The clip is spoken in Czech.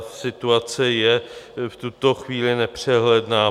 Situace je v tuto chvíli nepřehledná.